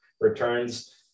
returns